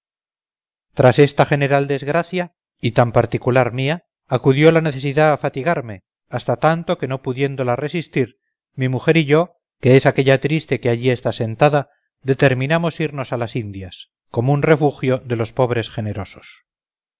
tras esta general desgracia y tan particular mía acudió la necesidad a fatigarme hasta tanto que no pudiéndola resistir mi mujer y yo que es aquella triste que allí está sentada determinamos irnos a las indias común refugio de los pobres generosos